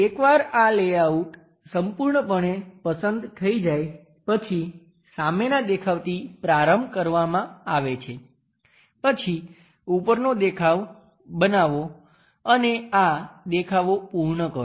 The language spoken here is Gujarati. એકવાર આ લેઆઉટ સંપૂર્ણપણે પસંદ થઈ જાય પછી સામેના દેખાવથી પ્રારંભ કરવામાં આવે છે પછી ઉપરનો દેખાવ બનાવો અને આ દેખાવો પૂર્ણ કરો